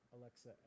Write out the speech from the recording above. Alexa